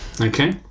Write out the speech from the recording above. Okay